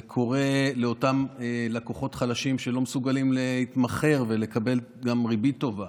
זה קורה לאותם לקוחות חלשים שלא מסוגלים להתמקח ולקבל גם ריבית טובה,